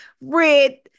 red